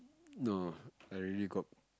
no I really got